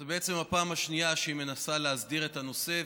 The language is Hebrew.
זו בעצם הפעם השנייה שהיא מנסה להסדיר את הנושא,